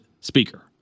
Speaker